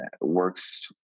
works